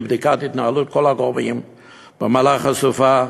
לבדיקת ההתנהלות של כל הגורמים במהלך הסופה.